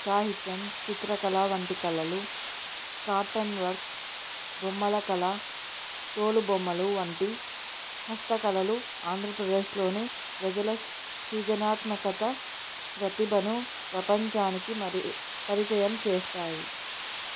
సాహిత్యం చిత్రకళ వంటి కళలు కాటన్ వర్క్ బొమ్మల కళ తోలుబొమ్మలు వంటి హస్తకళలు ఆంధ్రప్రదేశ్లోని ప్రజల సృజనాత్మకత ప్రతిభను ప్రపంచానికి మరి పరిచయం చేస్తాయి